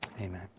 Amen